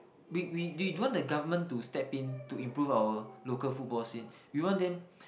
we we we don't want the Government to step in to improve our local football scene we want them